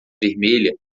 vermelha